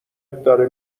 داره